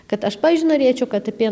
kad aš pavyzdžiui norėčiau kad apie